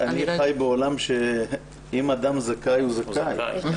אני חי בעולם שאם אדם זכאי הוא זכאי.